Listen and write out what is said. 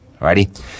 Alrighty